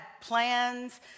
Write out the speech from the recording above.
plans